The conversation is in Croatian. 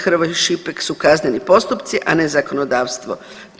Hrvoj Šipek su kazneni postupci, a ne zakonodavstvo.